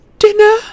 dinner